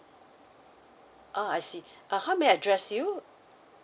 orh I see uh how may I address you